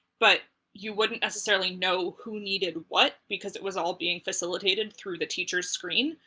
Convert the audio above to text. but you wouldn't necessarily know who needed what because it was all being facilitated through the teacher's screen.